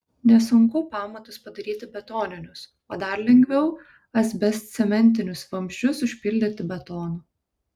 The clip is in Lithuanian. nesunku pamatus padaryti betoninius o dar lengviau asbestcementinius vamzdžius užpildyti betonu